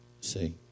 See